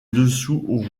dessous